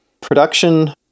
production